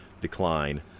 decline